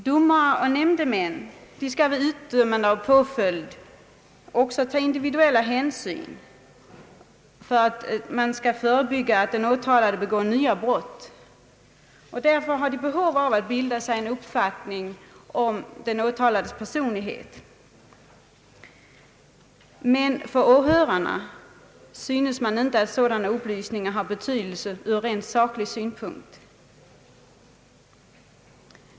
Domare och nämdemän skall vid utdömande av påföljd också ta individuella hänsyn för att man skall förebygga att den åtalade begår nya brott, och därför har de behov av att bilda sig en uppfattning om den åtalades personlighet. Men för åhörarna synes sådana upplysningar inte ha betydelse ur rent saklig synpunkt.